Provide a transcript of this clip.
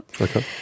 Okay